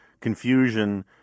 confusion